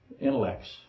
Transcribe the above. intellects